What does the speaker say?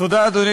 תודה,